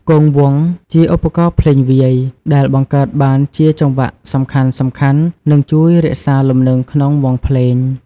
គងវង់ ជាឧបករណ៍ភ្លេងវាយ ដែលបង្កើតបានជាចង្វាក់សំខាន់ៗ និងជួយរក្សាលំនឹងក្នុងវង់ភ្លេង។